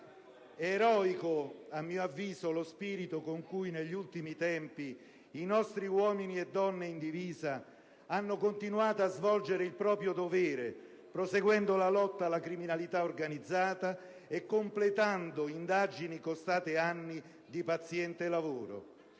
È eroico, a mio avviso, lo spirito con cui negli ultimi tempi i nostri uomini e le nostre donne in divisa hanno continuato a svolgere il proprio dovere proseguendo la lotta alla criminalità organizzata e completando indagini costate anni di paziente lavoro.